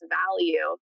value